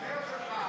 כן, חבר שלך.